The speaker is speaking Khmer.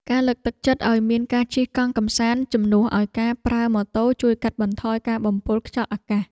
ការលើកទឹកចិត្តឱ្យមានការជិះកង់កម្សាន្តជំនួសឱ្យការប្រើម៉ូតូជួយកាត់បន្ថយការបំពុលខ្យល់អាកាស។